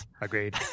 Agreed